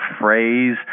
phrase